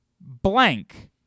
blank